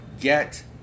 get